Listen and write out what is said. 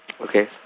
Okay